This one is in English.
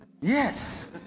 Yes